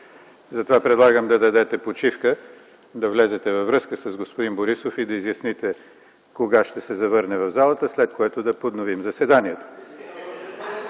Затова предлагам да дадете почивка, да влезете във връзка с господин Борисов и да изясните кога ще се завърне в залата, след което да подновим заседанието.